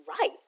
right